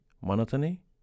Monotony